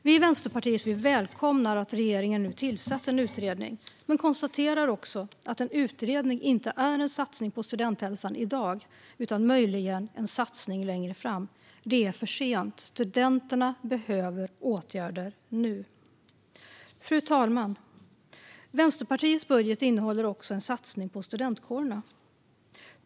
Vi i Vänsterpartiet välkomnar att regeringen nu tillsatt en utredning men konstaterar också att en utredning inte är en satsning på studenthälsan i dag utan möjligen en satsning längre fram. Det är för sent. Studenterna behöver åtgärder nu. Fru talman! Vänsterpartiets budget innehåller också en satsning på studentkårerna.